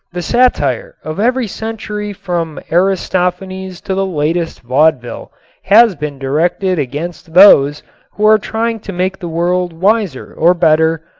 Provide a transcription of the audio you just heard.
the satire of every century from aristophanes to the latest vaudeville has been directed against those who are trying to make the world wiser or better,